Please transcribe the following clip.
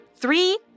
three